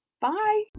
Bye